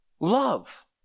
Love